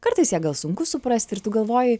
kartais ją gal sunku suprasti ir tu galvoji